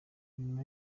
nyuma